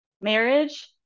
marriage